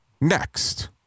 next